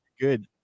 good